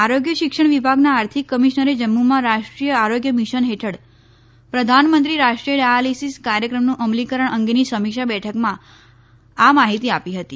આરોગ્ય શિક્ષણ વિભાગના આર્થિક કમિશનરે જમ્મુમાં રાષ્ટ્રીય આરોગ્ય મિશન હેઠળ પ્રધાનમંત્રી રાષ્ટ્રીય ડાયાલીસીસ કાર્યક્રમના અમલીકરણ અંગેની સમિક્ષા બેઠકમાં આ માહિતી આપી હતી